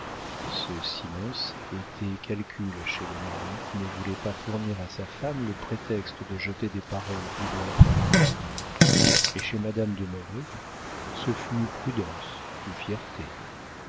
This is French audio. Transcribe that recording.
ce silence était calcul chez le mari qui ne voulait pas fournir à sa femme le prétexte de jeter des paroles à double entente et chez madame de merret ce fut prudence ou fierté